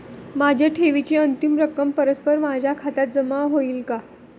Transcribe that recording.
माझ्या ठेवीची अंतिम रक्कम परस्पर माझ्या खात्यात जमा होईल का?